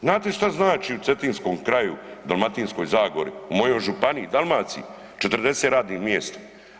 Znate šta znači u cetinskom kraju, Dalmatinskoj zagori u mojoj županiji, Dalmaciji 40 radnih mjesta.